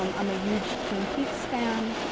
um i'm a huge twin peaks fan.